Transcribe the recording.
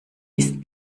ist